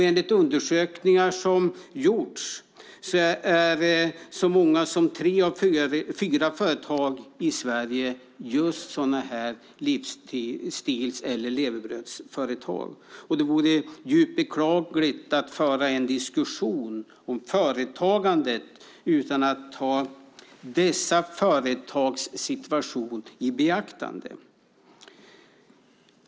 Enligt undersökningar som har gjorts är så många som tre av fyra företag i Sverige just sådana här livsstils eller levebrödsföretag, och det vore djupt beklagligt att föra en diskussion om företagandet utan att ta dessa företags situation i beaktande.